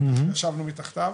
ישבנו מתחתיו,